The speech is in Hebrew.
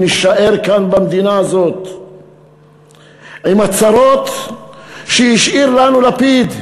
נישאר כאן במדינה הזאת עם הצרות שהשאיר לנו לפיד.